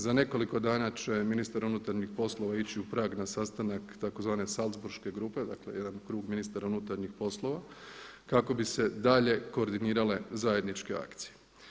Za nekoliko dana će ministar unutarnjih poslova ići u Prag na sastanak tzv. Salzburške grupe dakle jedan krug ministara unutarnjih poslova kako bi se dalje koordinirale zajedničke akcije.